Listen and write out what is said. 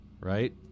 right